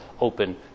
open